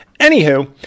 Anywho